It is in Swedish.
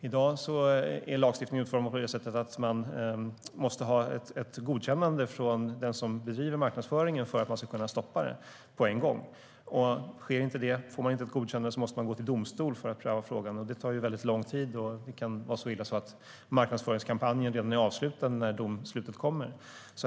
I dag är lagstiftningen utformad på det sättet att man måste ha ett godkännande från den som bedriver marknadsföringen för att man ska kunna stoppa den på en gång. Får man inte ett godkännande måste man gå till domstol för att pröva frågan, och det tar väldigt lång tid. Det kan vara så illa att marknadsföringskampanjen redan är avslutad när domslutet kommer.